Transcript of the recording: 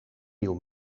nieuw